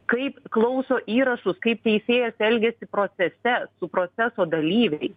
kaip klauso įrašus kaip teisėjas elgiasi procese su proceso dalyviai